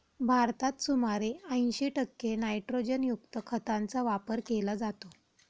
भारतात सुमारे ऐंशी टक्के नायट्रोजनयुक्त खतांचा वापर केला जातो